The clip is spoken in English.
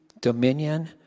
dominion